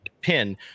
pin